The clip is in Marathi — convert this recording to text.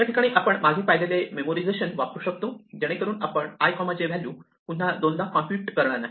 या ठिकाणी आपण मागे पाहिलेले मेमोरिझेशन वापरू शकतो जेणेकरून आपण i j व्हॅल्यू पुन्हा दोनदा कॉम्प्युट करणार नाही